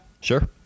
sure